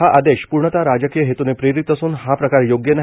हा आदेश पूर्णत राजकीय हेतूने प्रेरित असून हा प्रकार योग्य नाही